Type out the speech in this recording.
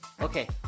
Okay